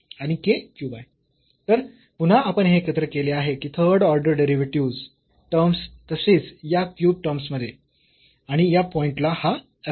तर पुन्हा आपण हे एकत्र केले आहे ही थर्ड ऑर्डर डेरिव्हेटिव्हस् टर्म्स तसेच या क्यूब्ड टर्म्स मध्ये आणि या पॉईंट ला हा f आहे